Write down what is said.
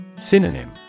Synonym